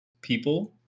people